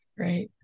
right